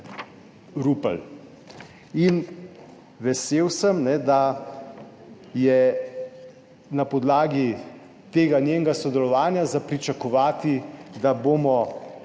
Rupel. In vesel sem, da je na podlagi tega njenega sodelovanja za pričakovati, da bomo